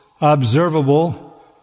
observable